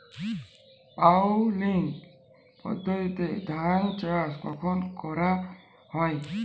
Puddling পদ্ধতিতে ধান চাষ কখন করা হয়?